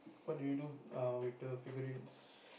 what do you do um with the figurines